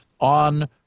on